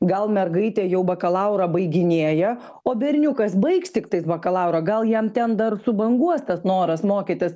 gal mergaitė jau bakalaurą baiginėja o berniukas baigs tiktais bakalaurą gal jam ten dar subanguos tas noras mokytis